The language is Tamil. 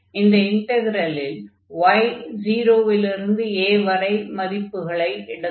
இந்த இன்டக்ரலில் y 0 லிருந்து a வரை மதிப்புகளை எடுக்கும்